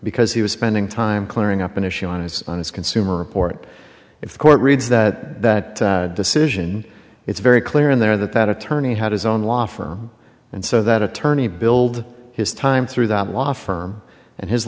because he was spending time clearing up an issue on his on his consumer report if the court reads that that decision it's very clear in there that that attorney had his own law firm and so that attorney build his time through that law firm and his